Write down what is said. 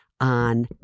on